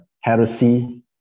heresy